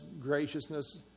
graciousness